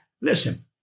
Listen